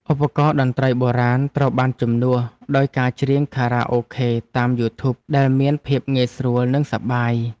ឧបករណ៍តន្ត្រីបុរាណត្រូវបានជំនួសដោយការច្រៀងខារ៉ាអូខេតាមយូធូបដែលមានភាពងាយស្រួលនិងសប្បាយ។